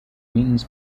queens